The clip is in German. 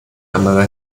andere